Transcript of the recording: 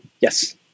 Yes